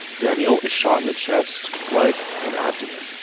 danny is shot in the chest, leg and abdomen.